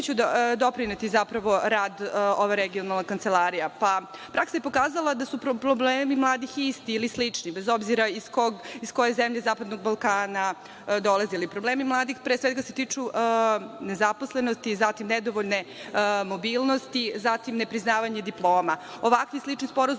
će doprineti zapravo rad ove regionalne kancelarije? Praksa je pokazala da su problemi mladih isti ili slični, bez obzira iz koje zemlje zapadnog Balkana dolazili. Ali, problemi mladih pre svega se tiču nezaposlenosti, zatim nedovoljne mobilnosti, nepriznavanje diploma. Ovakvi slični sporazumi